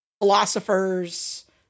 philosophers